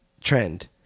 Trend